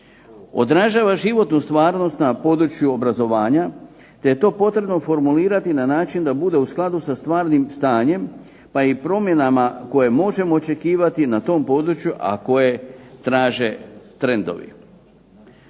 odražava životnu stvarnost na području obrazovanja te je to potrebno formulirati na način da bude u skladu sa stvarnim stanjem pa i promjenama koje možemo očekivati na tom području, a koje traže trendovi.